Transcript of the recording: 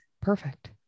perfect